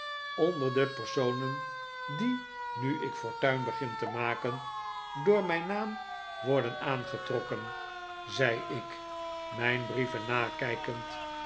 onder de personen die nu ik fortuin begin te maken door mijn naam worden aancreakle's mod el s y ste em getrokken zei ik mijn brieven nakijkend